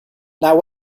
now